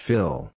Fill